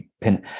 pin